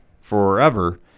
forever